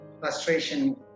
frustration